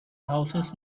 houses